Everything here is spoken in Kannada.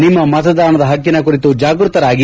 ನಿಮ್ಮ ಮತದಾನದ ಹಕ್ಕಿನ ಕುರಿತು ಜಾಗ್ಯತರಾಗಿ